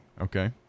Okay